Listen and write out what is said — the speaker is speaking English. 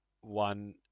one